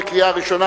בקריאה ראשונה,